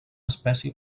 espècie